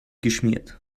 geschmiert